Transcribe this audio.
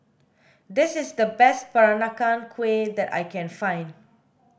this is the best peranakan kueh that I can find